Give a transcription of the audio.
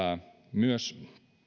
myös